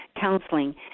counseling